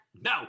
No